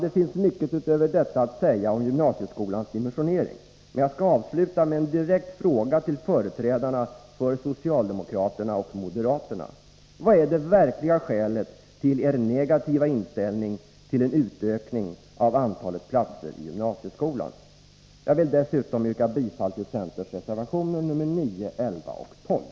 Det finns mycket utöver detta att säga om gymnasieskolans dimensionering, men jag skall avsluta med en direkt fråga till företrädarna för socialdemokraterna och moderaterna: Vad är det verkliga skälet till er negativa inställning till en utökning av antalet platser i gymnasieskolan? Jag vill dessutom yrka bifall till centerns reservationer nr 9, 11 och 12.